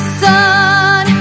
sun